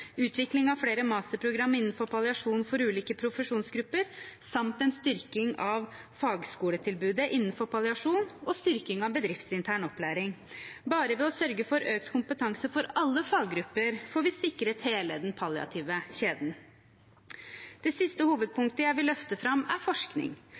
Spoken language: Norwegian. utvikling av flere masterprogram innenfor palliasjon for ulike profesjonsgrupper samt en styrking av fagskoletilbudet innenfor palliasjon og styrking av bedriftsintern opplæring. Bare ved å sørge for økt kompetanse for alle faggrupper, får vi sikret hele den palliative kjeden. Det siste